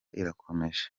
irakomeje